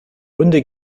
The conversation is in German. runde